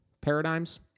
paradigms